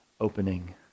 opening